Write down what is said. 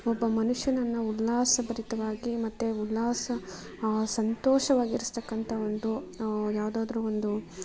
ಒಬ್ಬ ಮನುಷ್ಯನನ್ನು ಉಲ್ಲಾಸಭರಿತವಾಗಿ ಮತ್ತೆ ಉಲ್ಲಾಸ ಆಂ ಸಂತೋಷವಾಗಿರ್ತಕ್ಕಂಥ ಒಂದು ಯಾವುದಾದ್ರೂ ಒಂದು